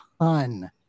ton